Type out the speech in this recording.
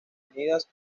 unidas